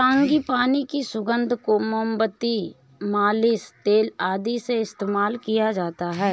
frangipani की सुगंध को मोमबत्ती, मालिश तेल आदि में इस्तेमाल किया जाता है